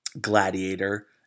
Gladiator